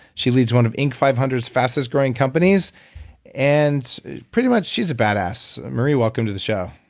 she leads one of inc five hundred s fastest growing companies and pretty much she's a badass. marie, welcome to the show.